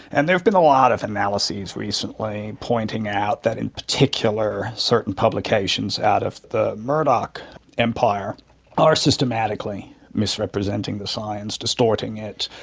and there have been a lot of analyses recently pointing out that in particular certain publications out of the murdoch empire are systematically misrepresenting the science, distorting it,